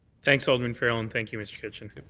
thanks, alderman farrell, and thank you mr. kitchen.